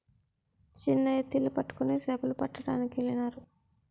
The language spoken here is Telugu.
చిన్న ఎత్తిళ్లు పట్టుకొని సేపలు పట్టడానికెళ్ళినారు